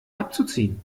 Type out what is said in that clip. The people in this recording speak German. abzuziehen